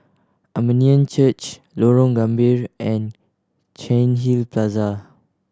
Armenian Church Lorong Gambir and Cairnhill Plaza